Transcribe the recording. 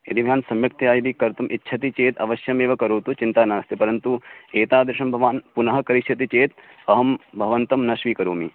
यदि भवान् सम्यक्तया यदि कर्तुम् इच्छति चेत् अवश्यमेव करोतु चिन्ता नास्ति परन्तु एतादृशं भवान् पुनः करिष्यति चेत् अहं भवन्तं न स्वीकरोमि